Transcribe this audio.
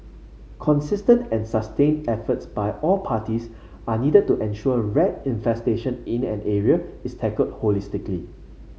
consistent and sustained efforts by all parties are needed to ensure rat infestation in an area is tackled holistically